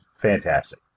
fantastic